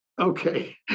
okay